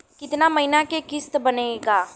कितना महीना के किस्त बनेगा?